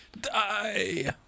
Die